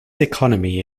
economy